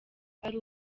ari